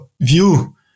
view